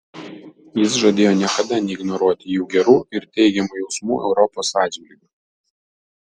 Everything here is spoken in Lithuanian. jis žadėjo niekada neignoruoti jų gerų ir teigiamų jausmų europos atžvilgiu